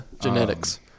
Genetics